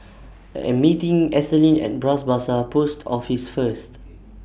I Am meeting Ethelyn At Bras Basah Post Office First